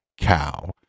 cow